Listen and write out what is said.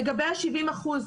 לגבי ה-70 אחוזים.